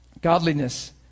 Godliness